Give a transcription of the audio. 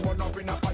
nobody no